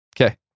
Okay